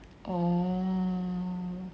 oh